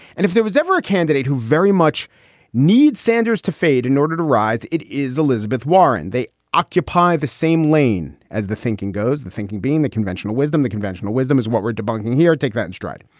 and there was ever a candidate who very much need sanders to fade in order to rise, it is elizabeth warren. they occupy the same lane as the thinking goes. the thinking being the conventional wisdom. the conventional wisdom is what we're debunking here. take that in stride.